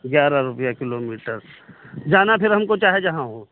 ग्यारह रुपये किलोमीटर जाना फिर हमको चाहे जहाँ हो